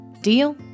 Deal